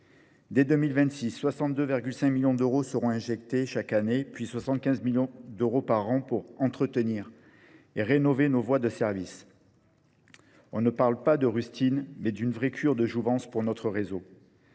Dès 2026, 62,5 millions d'euros seront injectés chaque année, puis 75 millions d'euros par an pour entretenir et rénover nos voies de service. On ne parle pas de rustine, mais d'une vraie cure de jouvence pour notre réseau.